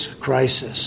crisis